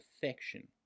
perfection